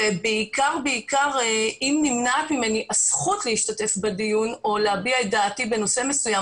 בעיקר אם נמנעת ממני הזכות להשתתף בדיון או להביע את דעתי בנושא מסוים